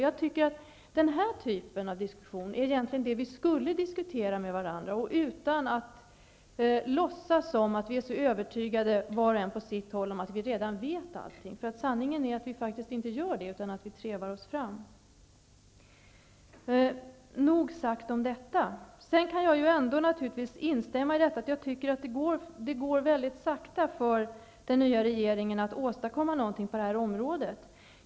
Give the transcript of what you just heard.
Jag tycker att vi egentligen skulle ägna oss åt den här typen av diskussion utan att låtsas att vi, var och en på sitt håll, är så övertygade om att vi redan vet allting. Sanningen är att vi faktiskt inte gör det, utan att vi trevar oss fram. Nog om detta. Jag kan naturligtvis ändå instämma i att jag tycker att det går mycket sakta för den nya regeringen att åstadkomma någonting på det här området.